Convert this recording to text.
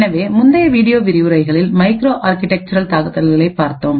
எனவே முந்தைய வீடியோ விரிவுரைகளில் மைக்ரோ ஆர்க்கிடெக்சுரல் தாக்குதல்களைப் பார்த்தோம்